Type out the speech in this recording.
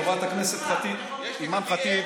חברת הכנסת אימאן ח'טיב